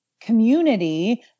community